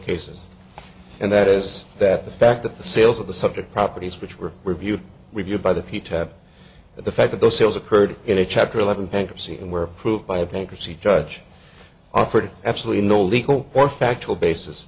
cases and that is that the fact that the sales of the subject properties which were reviewed reviewed by the pieta the fact that those sales occurred in a chapter eleven bankruptcy and were approved by a bankruptcy judge offered absolutely no legal or factual basis